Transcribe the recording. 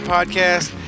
Podcast